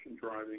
driving